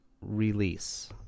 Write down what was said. release